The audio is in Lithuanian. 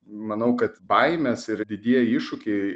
manau kad baimės ir didieji iššūkiai